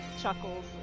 chuckles